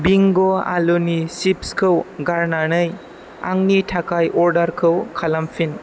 Bing' आलुनि चिप्सखौ गारनानै आंनि थांनाय अर्डारखौ खालामफिन